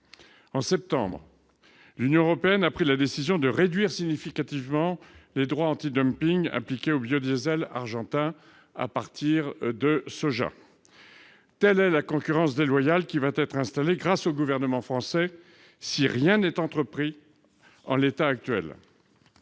En septembre dernier, l'Union européenne a pris la décision de réduire significativement les droits antidumping appliqués au biodiesel argentin réalisé à partir de soja. Telle est la concurrence déloyale qui va être installée grâce au gouvernement français, si rien n'est entrepris ! Une hausse